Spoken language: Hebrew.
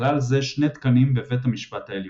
ובכלל זה שני תקנים בבית המשפט העליון..